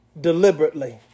deliberately